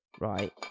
right